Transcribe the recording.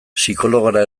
psikologora